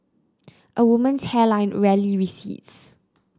a woman's hairline rarely recedes